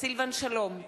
סילבן שלום,